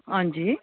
हां जी